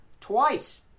twice